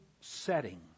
setting